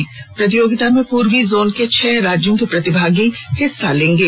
इस शूटिंग प्रतियोगिता में पूर्वी जोन के छह राज्यों के प्रतिभागी हिस्सा लेंगे